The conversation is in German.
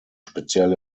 speziell